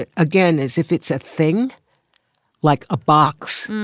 ah again, as if it's a thing like a box.